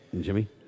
Jimmy